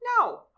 No